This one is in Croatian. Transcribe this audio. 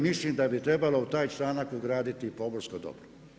Mislim da bi trebalo u taj članak ugraditi i pomorsko dobro.